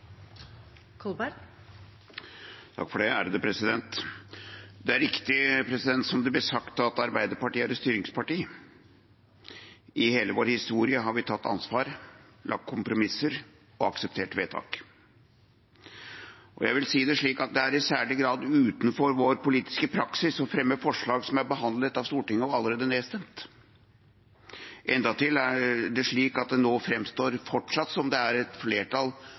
sagt, at Arbeiderpartiet er et styringsparti. I hele vår historie har vi tatt ansvar, laget kompromisser og akseptert vedtak. Jeg vil si det slik at det er i særlig grad utenfor vår politiske praksis å fremme forslag som er behandlet av Stortinget og allerede nedstemt. Endatil framstår det nå som om det fortsatt er flertall mot det forslaget som Arbeiderpartiet har fremmet i denne debatten. Da blir spørsmålet: Hvorfor bryter Arbeiderpartiet en slik praksis? Svaret på det er